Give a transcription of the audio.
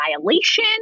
annihilation